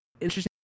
interesting